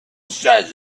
says